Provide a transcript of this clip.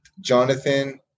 Jonathan